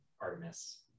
Artemis